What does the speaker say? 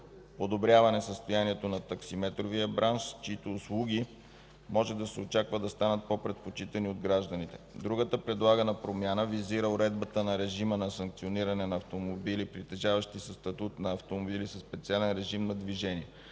подобряване състоянието на таксиметровия бранш, чиито услуги може да се очаква да станат по-предпочитани от гражданите. Другата предлагана промяна визира уредбата на режима на санкциониране на автомобили, притежаващи статут на автомобил със специален режим на движение.